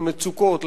למצוקות,